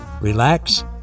relax